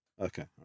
Okay